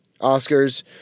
Oscars